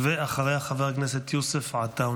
ואחריה חבר הכנסת יוסף עטאונה.